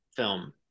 film